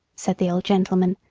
said the old gentleman,